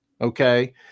Okay